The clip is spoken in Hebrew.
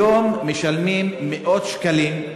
היום משלמים מאות שקלים.